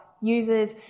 users